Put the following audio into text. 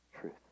truth